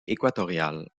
équatoriale